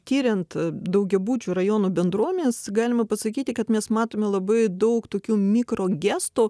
tiriant daugiabučių rajonų bendruomenes galima pasakyti kad mes matome labai daug tokių mikrogestų